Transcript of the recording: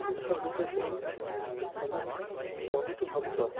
ଦେଶ ବିଦେଶରୁ ସମସ୍ତେ ବହୁତ ଭକ୍ତ